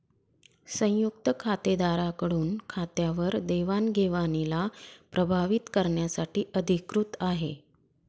संयुक्त खातेदारा कडून खात्यावर देवाणघेवणीला प्रभावीत करण्यासाठी अधिकृत आहे